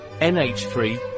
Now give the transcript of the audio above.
NH3